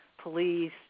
police